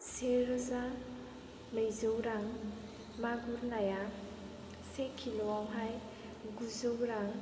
से रोजा नैजौ रां मागुर नाया से किल' आवहाय गुजौ रां